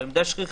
שהם די שכיחים,